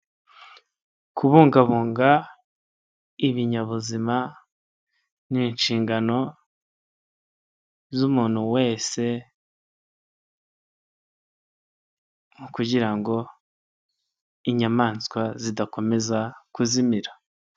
Kubungabunga ibinyabuzima ni inshingano z'umuntu wese kugira ngo inyamaswa zidakomeza kuzimira.